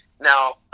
Now